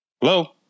Hello